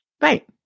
Right